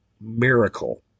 miracle